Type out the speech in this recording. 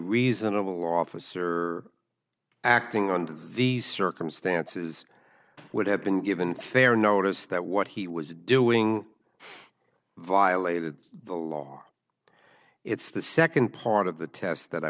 reasonable officer acting under these circumstances would have been given fair notice that what he was doing violated the law it's the second part of the test that i